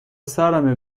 سرمه